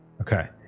Okay